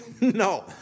No